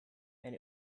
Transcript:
and